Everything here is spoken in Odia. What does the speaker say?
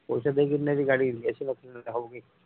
ପଇସା ଦେଇକି ନେବି ଗାଡ଼ି ଏସି ନଥିଲେ ହେବ କି